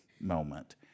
moment